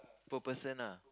per person ah